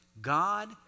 God